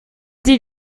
did